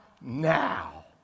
now